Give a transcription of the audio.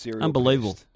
Unbelievable